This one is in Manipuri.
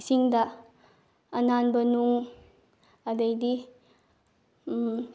ꯏꯁꯤꯡꯗ ꯑꯅꯥꯟꯕ ꯅꯨꯡ ꯑꯗꯩꯗꯤ